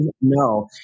no